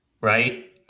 right